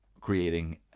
creating